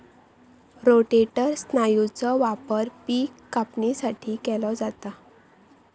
rotator स्नायूचो वापर पिक कापणीसाठी केलो जाता